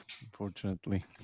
unfortunately